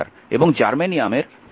এবং জার্মেনিয়ামের 4710 2